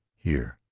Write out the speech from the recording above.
here!